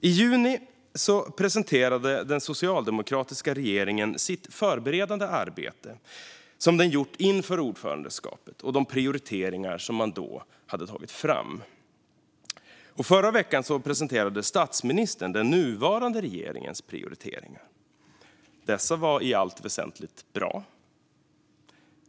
I juni presenterade den socialdemokratiska regeringen sitt förberedande arbete som man gjort inför ordförandeskapet och de prioriteringar man då hade tagit fram. Och förra veckan presenterade statsministern den nuvarande regeringens prioriteringar. Dessa var i allt väsentligt bra.